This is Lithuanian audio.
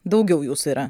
daugiau jūsų yra